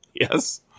Yes